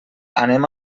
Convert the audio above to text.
anem